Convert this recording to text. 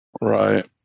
Right